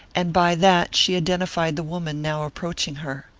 and by that she identified the woman now approaching her.